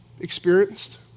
experienced